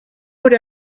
would